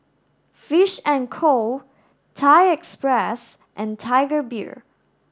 fish and Co Thai Express and Tiger Beer